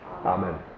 Amen